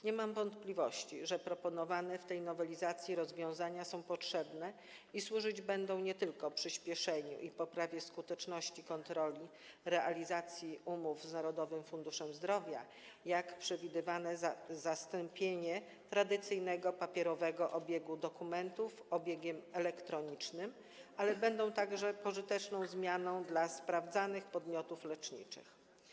Nie mam wątpliwości, że proponowane w tej nowelizacji rozwiązania są potrzebne i nie tylko będą służyć przyspieszeniu i poprawie skuteczności kontroli realizacji umów z Narodowym Funduszem Zdrowia, jak przewidywane zastąpienie tradycyjnego, papierowego obiegu dokumentów obiegiem elektronicznym, ale także będą pożyteczną zmianą dla sprawdzanych podmiotów leczniczych.